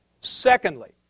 Secondly